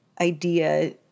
idea